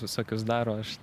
visokius daro aš